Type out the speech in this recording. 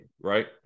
right